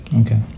Okay